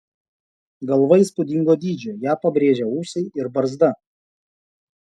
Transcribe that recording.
galva įspūdingo dydžio ją pabrėžia ūsai ir barzda